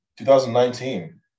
2019